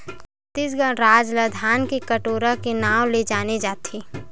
छत्तीसगढ़ राज ल धान के कटोरा के नांव ले जाने जाथे